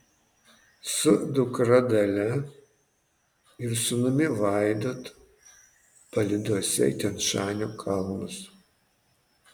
su dukra dalia ir sūnumi vaidotu palydose į tian šanio kalnus